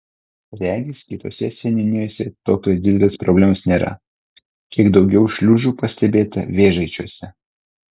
regis kitose seniūnijose tokios didelės problemos nėra kiek daugiau šliužų pastebėta vėžaičiuose